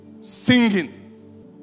Singing